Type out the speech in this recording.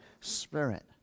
Spirit